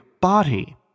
body